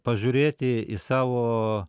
pažiūrėti į savo